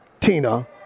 tina